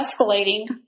escalating